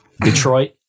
Detroit